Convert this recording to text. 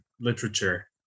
literature